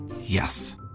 Yes